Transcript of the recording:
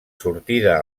sortida